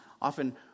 Often